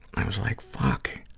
i was like, fuck,